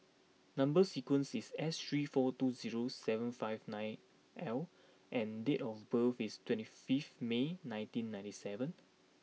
number sequence is S three four two zero seven five nine L and date of birth is twenty fifth May nineteen ninety seven